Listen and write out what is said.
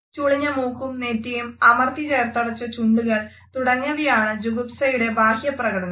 ചുളിഞ്ഞ മൂക്കും നെറ്റിയും അമർത്തി ചേർത്തടച്ച ചുണ്ടുകൾ തുടങ്ങിയവയാണ് ജുഗുപ്സായുടെ ബാഹ്യ പ്രകടനങ്ങൾ